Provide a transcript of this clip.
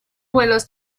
vuelos